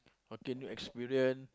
continue experience